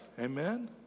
Amen